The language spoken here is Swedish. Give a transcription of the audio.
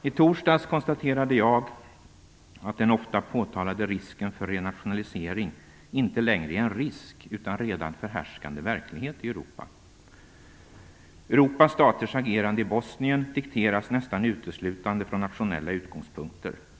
I torsdags konstaterade jag att den ofta påtalade risken för renationalisering inte längre är en risk utan redan förhärskande verklighet i Europa. Europas staters agerande i Bosnien dikteras nästan uteslutande från nationella utgångspunkter.